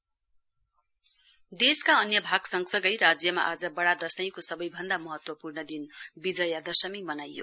दशैं देशका अन्य भाग सँगसँगै राज्यमा आज बड़ा दशैंको सवैभन्दा महत्वपूर्ण दिन विजया दशमी मनाइयो